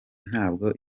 ntabwo